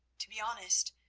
to be honest,